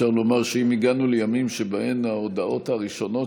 אפשר לומר שאם הגענו לימים שבהם ההודעות הראשונות